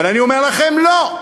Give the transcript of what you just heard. אבל אני אומר לכם: לא.